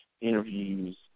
interviews